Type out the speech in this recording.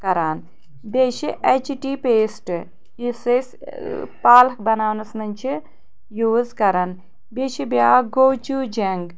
کَران بیٚیہِ چھ ایچ ٹی پیسٹ یُس أسۍ پالَک بَناونَس منٛز چھِ یوٗز کَرن بیٚیہِ چھ بیاکھ گوچوٗجینٛگ